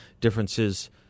differences